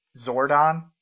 Zordon